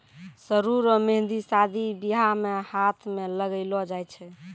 सरु रो मेंहदी शादी बियाह मे हाथ मे लगैलो जाय छै